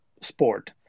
sport